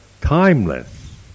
timeless